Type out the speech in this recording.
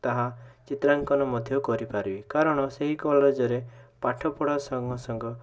ତାହା ଚିତ୍ରାଙ୍କନ ମଧ୍ୟ କରିପାରିବି କାରଣ ସେହି କଲେଜରେ ପାଠପଢ଼ା ସାଙ୍ଗେ ସାଙ୍ଗେ